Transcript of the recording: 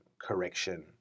correction